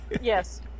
yes